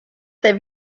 der